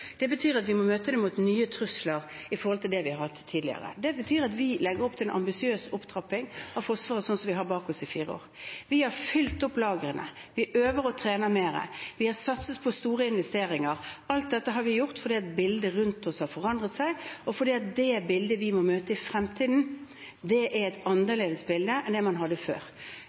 Det betyr at vi må møte det mot nye trusler i forhold til det vi har hatt tidligere. Det betyr at vi legger opp til en ambisiøs opptrapping av Forsvaret, slik vi har bak oss de siste fire år. Vi har fylt opp lagrene, vi øver og trener mer, vi har satset på store investeringer. Alt dette har vi gjort fordi bildet rundt oss har forandret seg, og fordi det bildet vi må møte i fremtiden, er et annerledes bilde enn det man hadde før.